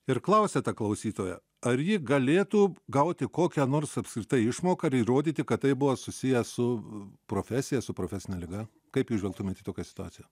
ir klausia ta klausytoja ar ji galėtų gauti kokią nors apskritai išmoką ar įrodyti kad tai buvo susiję su profesija su profesine liga kaip jūs žvelgtumėt į tokią situaciją